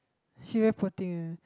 she very poor thing eh